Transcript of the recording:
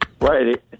Right